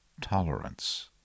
Tolerance